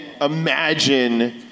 imagine